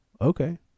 okay